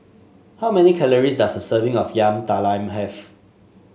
how many calories does a serving of Yam Talam have